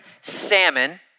Salmon